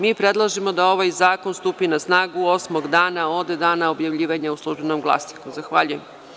Mi predlažemo da ovaj zakon stupi na snagu osmog dana od dana objavljivanja u „Službenom glasniku.“ Zahvaljujem.